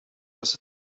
واسه